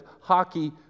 hockey